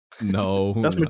no